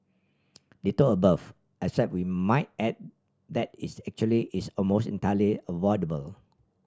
ditto above except we might add that is actually is almost entirely avoidable